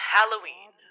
Halloween